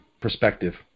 perspective